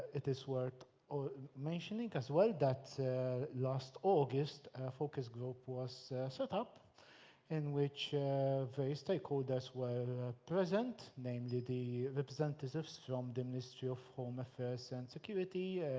it is worth mentioning as well that last august focus group was set up in which various stakeholders were present, namely the representatives from the ministry of home affairs and security,